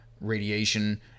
radiation